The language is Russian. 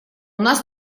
нас